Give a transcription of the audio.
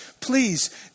Please